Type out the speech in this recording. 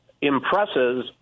impresses